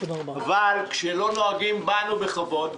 אבל כשלא נוהגים בנו בכבוד,